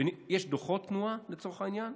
יש דוחות תנועה, לצורך העניין,